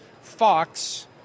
Fox